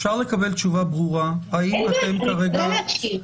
אפשר לקבל תשובה ברורה האם אתם כרגע